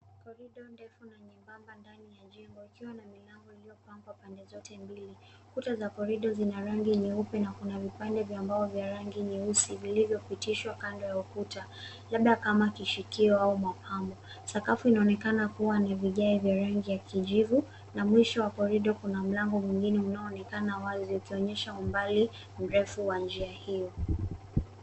Corridor ndefu na nyembamba ndani ya jengo, ikiwa na milango iliyopangwa pande zote mbili. Kuta za corridor zina rangi nyeupe na kuna vipande vya mbao vya rangi nyeusi vilivyopitishwa kando ya ukuta, labda kama kishikio au mapambo. Sakafu inaonekana kuwa na vigae vya rangi ya kijivu na mwisho wa corridor kuna mlango mwingine unaoonekana wazi, ukionyesha umbali mrefu wa njia hiyo.